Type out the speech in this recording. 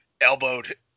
elbowed